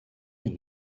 him